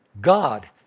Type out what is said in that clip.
God